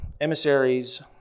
emissaries